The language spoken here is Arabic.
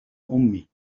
أمي